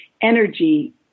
energy